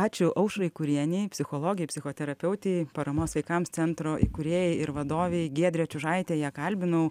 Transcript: ačiū aušrai kurienei psichologei psichoterapeutei paramos vaikams centro įkūrėjai ir vadovei giedrė čiužaitė ją kalbinau